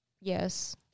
yes